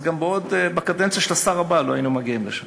אז גם בקדנציה של השר הבא לא היינו מגיעים לשם.